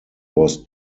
was